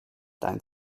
dein